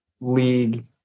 league